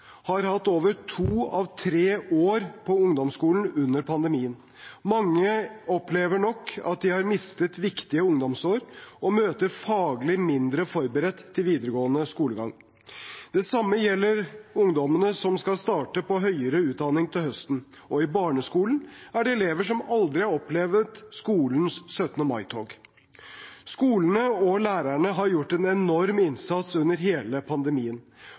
har hatt over to av tre år på ungdomsskolen under pandemien. Mange opplever nok at de har mistet viktige ungdomsår og møter faglig mindre forberedt til videregående skolegang. Det samme gjelder ungdommene som skal starte på høyere utdanning til høsten, og i barneskolen er det elever som aldri har opplevd skolens 17. mai-tog. Skolene og lærerne har gjort en enorm innsats under hele pandemien.